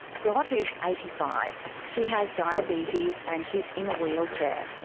dot is eighty five, she has diabetes and she's in a wheelchair.